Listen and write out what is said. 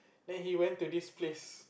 then he went to this place